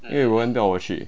因为 roanne 不要我去